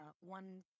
one